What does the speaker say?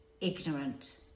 ignorant